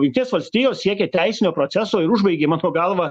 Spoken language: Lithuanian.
jungtinės valstijos siekia teisinio proceso ir užbaigimo ko galva